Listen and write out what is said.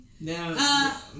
Now